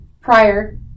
prior